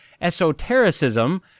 Esotericism